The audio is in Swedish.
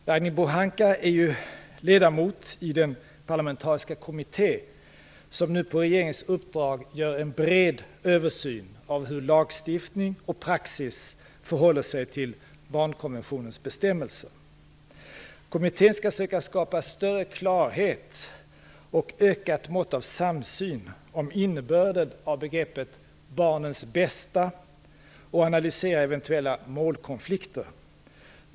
Ragnhild Pohanka är själv ledamot i den parlamentariska kommitté som nu på regeringens uppdrag gör en bred översyn av hur lagstiftning och praxis förhåller sig till barnkonventionens bestämmelser. Kommittén skall söka skapa större klarhet och ett ökat mått av samsyn om innebörden av begreppet barnets bästa samt analysera eventuella målkonflikter.